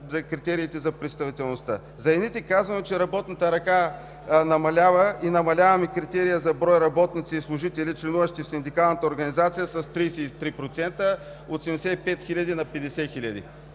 до критериите за представителността. За едните казваме, че работната ръка намалява и намаляваме критерия за брой работници и служители, членуващи в синдикалната организация с 33% – от 75 хиляди, на 50